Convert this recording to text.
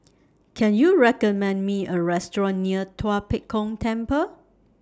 Can YOU recommend Me A Restaurant near Tua Pek Kong Temple